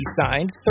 signed